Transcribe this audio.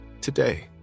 today